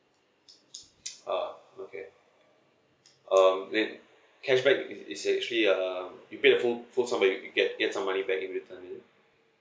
oh okay um wait cashback is is actually um you paid a full full sum money you get some money back in return is it